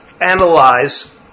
analyze